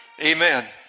Amen